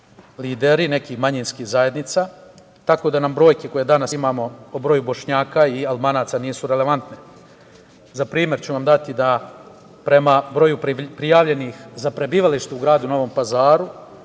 lideri nekih manjinskih zajednica, tako da nam brojke koje danas imamo o broju bošnjaka, albanaca, nisu relevantne.Za primer ću vam dati da prema broju prijavljenih za prebivalište u gradu Novom Pazaru,